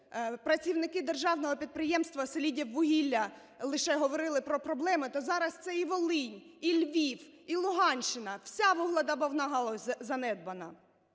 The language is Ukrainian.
працівники державного підприємства "Селидіввугілля" лише говорили про проблеми, то зараз це і Волинь, і Львів, і Луганщина – вся вугледобувна галузь занедбана.